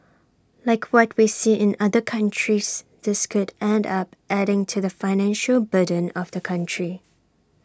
like what we see in other countries this could end up adding to the financial burden of the country